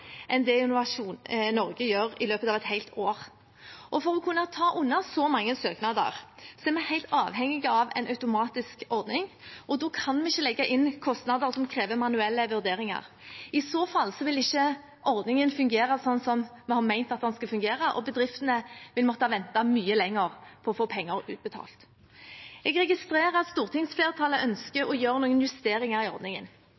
enn det Innovasjon Norge gjør i løpet av et helt år. For å kunne ta unna så mange søknader er vi helt avhengige av en automatisk ordning, og da kan vi ikke legge inn kostnader som krever manuelle vurderinger. I så fall vil ikke ordningen fungere slik vi har ment at den skal fungere, og bedriftene vil måtte vente mye lenger på å få penger utbetalt. Jeg registrerer at stortingsflertallet ønsker å gjøre noen justeringer i ordningen,